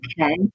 Okay